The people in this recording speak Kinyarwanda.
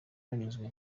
banyuzwe